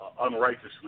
unrighteously